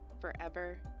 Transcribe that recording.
forever